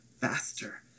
faster